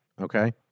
okay